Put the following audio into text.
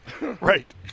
Right